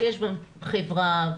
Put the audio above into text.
שם יש חברה,